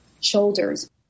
shoulders